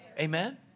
Amen